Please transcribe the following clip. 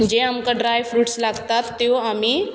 जे आमकां dry fruit लागतात त्यो आमी